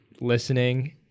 listening